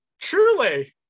Truly